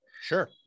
Sure